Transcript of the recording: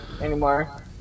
anymore